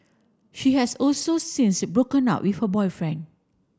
she has also since broken up with her boyfriend